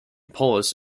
polish